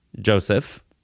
Joseph